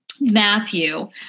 Matthew